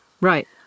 Right